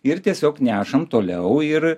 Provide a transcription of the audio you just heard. ir tiesiog nešam toliau ir